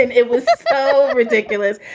and it was ridiculous.